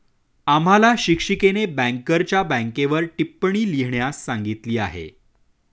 आम्हाला शिक्षिकेने बँकरच्या बँकेवर टिप्पणी लिहिण्यास सांगितली आहे